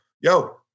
yo